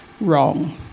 wrong